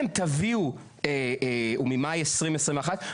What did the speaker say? ממאי 2021,